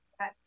Okay